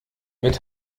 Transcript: mit